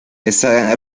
esta